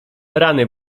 rany